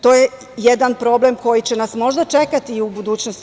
To je jedan problem koji će nas možda čekati i u budućnosti.